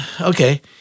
okay